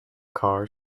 car